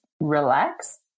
relax